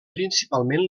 principalment